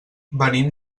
venim